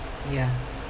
ya